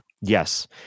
Yes